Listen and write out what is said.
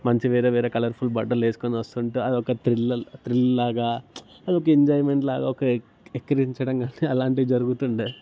మంచి వేరే వేరే కలర్ఫుల్ బట్టలు వేసుకుని వస్తుంటే అది ఒక థ్రిల్ థ్రిల్ లాగా అది ఒక ఎంజాయిమెంట్ లాగా ఒక వెక్కిరించడం అలాంటివి జరుగుతు ఉండేది